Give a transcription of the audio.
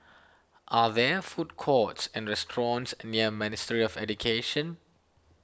are there food courts and restaurants near Ministry of Education